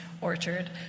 Orchard